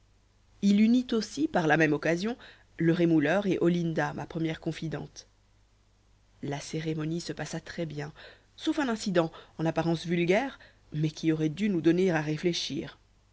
il unit aussi par la même occasion le rémouleur et olinda ma première confidente la cérémonie se passa très bien sauf un incident en apparence vulgaire mais qui aurait dû nous donner à réfléchir